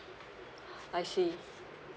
I see